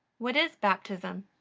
what is baptism?